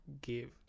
give